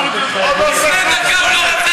אני חושב שחייבים לך תודה.